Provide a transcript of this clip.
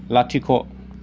लाथिख'